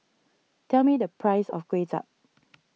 tell me the price of Kuay Chap